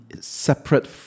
separate